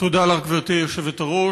תודה לך, גברתי היושבת-ראש.